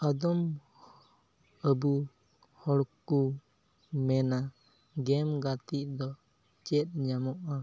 ᱟᱫᱚᱢ ᱟᱵᱚ ᱦᱚᱲ ᱠᱚ ᱢᱮᱱᱟ ᱜᱮᱢ ᱜᱟᱛᱮᱜ ᱫᱚ ᱪᱮᱫ ᱧᱟᱢᱚᱜᱼᱟ